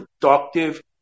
productive